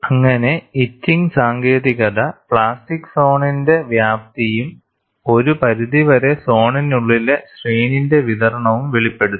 അങ്ങനെ ഇച്ചിങ് സാങ്കേതികത പ്ലാസ്റ്റിക് സോണിന്റെ വ്യാപ്തിയും ഒരു പരിധിവരെ സോണിനുള്ളിലെ സ്ട്രെയിന്റെ വിതരണവും വെളിപ്പെടുത്തി